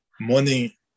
money